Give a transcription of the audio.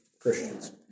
Christians